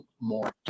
more